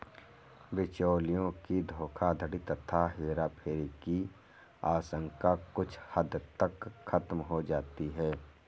बिचौलियों की धोखाधड़ी तथा हेराफेरी की आशंका कुछ हद तक खत्म हो जाती है